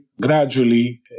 gradually